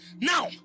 Now